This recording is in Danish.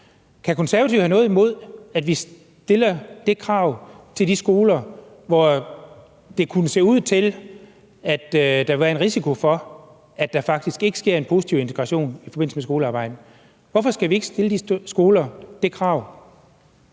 Kan Konservative have noget imod, at vi stiller det krav til de skoler, hvor det kunne se ud til, at der kunne være en risiko for, at der faktisk ikke sker en positiv integration i forbindelse med skolearbejdet? Hvorfor skal vi ikke stille de skoler det krav?